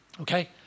Okay